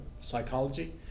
psychology